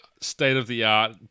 state-of-the-art